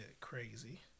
crazy